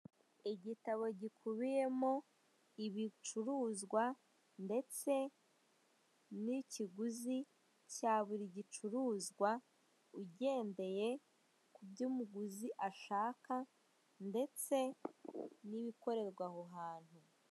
Igitabo gikubiyemo ibicuruzwa ndetse n'ikiguzi cya buri gicuruzwa, ugendeye kuby'umuguzi ashaka ndetse n'ibikorerwq aho hantu.